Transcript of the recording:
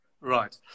Right